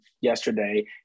yesterday